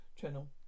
channel